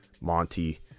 Monty